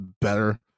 better